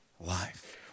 life